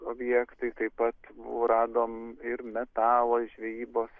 objektai taip pat buvo radom ir metalo žvejybos